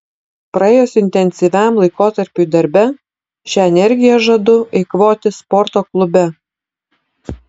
praėjus intensyviam laikotarpiui darbe šią energiją žadu eikvoti sporto klube